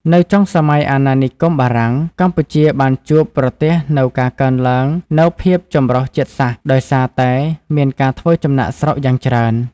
នៅចុងសម័យអាណានិគមបារាំង កម្ពុជាបានជួបប្រទះនូវការកើនឡើងនូវភាពចម្រុះជាតិសាសន៍ដោយសារតែមានការធ្វើចំណាកស្រុកយ៉ាងច្រើន។